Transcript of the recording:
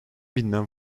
binden